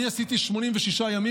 אני עשיתי 86 ימים,